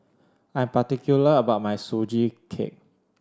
I am particular about my Sugee Cake